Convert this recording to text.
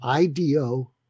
IDO